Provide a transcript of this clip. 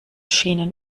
schienen